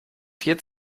vier